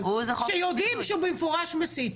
כשיודעים שהוא במפורש מסית,